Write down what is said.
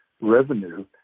revenue